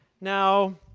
now,